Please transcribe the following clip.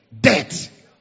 death